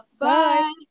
Bye